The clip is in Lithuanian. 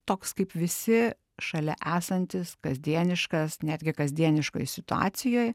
toks kaip visi šalia esantis kasdieniškas netgi kasdieniškoj situacijoj